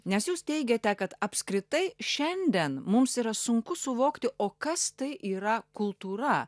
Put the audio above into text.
nes jūs teigiate kad apskritai šiandien mums yra sunku suvokti o kas tai yra kultūra